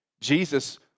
Jesus